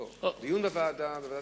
אני מוכן להסתפק בדיון בוועדת הכספים,